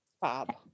Bob